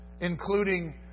including